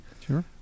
sure